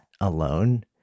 alone